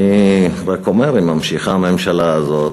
אני רק אומר שאם ממשיכה הממשלה הזאת,